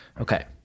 Okay